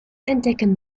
entdecken